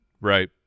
Right